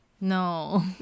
No